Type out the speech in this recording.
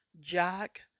Jack